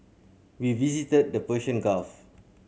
we visited the Persian Gulf